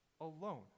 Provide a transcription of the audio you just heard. alone